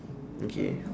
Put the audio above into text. okay